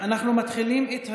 אנחנו מתחילים את הדיון.